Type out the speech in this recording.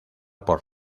por